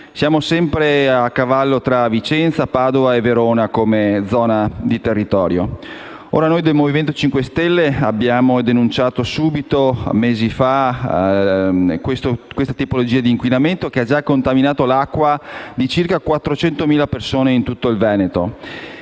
territorio a cavallo tra Vicenza, Padova e Verona. Noi del Movimento 5 Stelle abbiamo denunciato subito, mesi fa, questa tipologia di inquinamento che ha già contaminato l'acqua di circa 400.000 persone in tutto il Veneto